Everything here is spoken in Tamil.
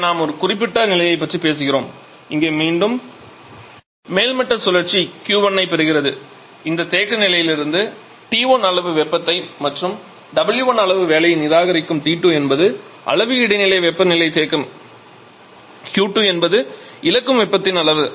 இங்கே நாம் இந்த குறிப்பிட்ட நிலையைப் பற்றி பேசுகிறோம் இங்கே மீண்டும் மேல்மட்ட சுழற்சி Q1 ஐ பெருகிறது இந்த தேக்க வெப்பநிலையிலுருந்து T1 அளவு வெப்பத்தைப் மற்றும் W1 அளவு வேலையை நிராகரிக்கும் T2 என்பது அளவு இடைநிலை வெப்பநிலை தேக்கம் Q2 என்பது இழக்கும் வெப்பத்தின் அளவு